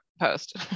post